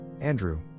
Andrew